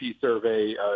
survey